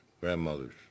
grandmothers